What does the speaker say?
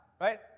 right